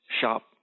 shop